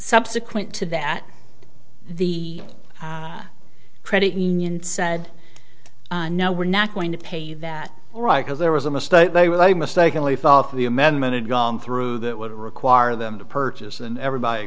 subsequent to that the credit union said no we're not going to pay that right because there was a mistake they were mistakenly fall for the amendment and gone through that would require them to purchase and everybody